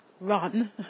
run